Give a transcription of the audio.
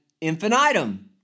infinitum